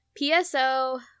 PSO